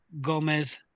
Gomez